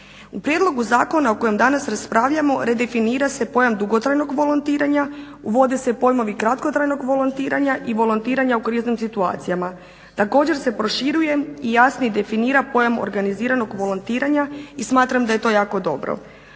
U prijedlogu Zakona o kojem danas raspravljamo redefinira se pojam dugotrajnog volontiranja, uvode se pojmovi kratkotrajnog volontiranja i volontiranja u kriznim situacijama. Također se proširuje i jasnije definira pojam organiziranog volontiranja i smatram da je to jako dobro.